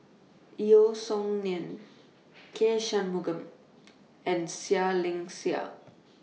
Yeo Song Nian K Shanmugam and Seah Liang Seah